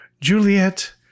Juliet